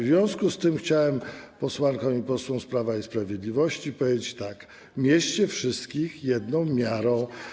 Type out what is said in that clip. W związku z tym chciałbym posłankom i posłom z Prawa i Sprawiedliwości powiedzieć tak: mierzcie wszystkich jedną miarą.